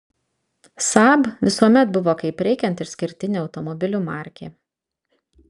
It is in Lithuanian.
saab visuomet buvo kaip reikiant išskirtinė automobilių markė